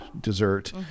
dessert